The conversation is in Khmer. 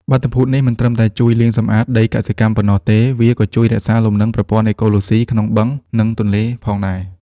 បាតុភូតនេះមិនត្រឹមតែជួយលាងសម្អាតដីកសិកម្មប៉ុណ្ណោះទេ។ វាក៏ជួយរក្សាលំនឹងប្រព័ន្ធអេកូឡូស៊ីក្នុងបឹង និងទន្លេផងដែរ។